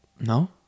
No